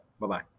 bye-bye